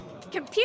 Computer